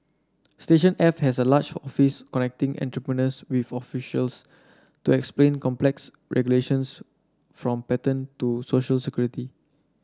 Station F has a large office connecting entrepreneurs with officials to explain complex regulations from patent to social security